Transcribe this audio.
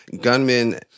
Gunmen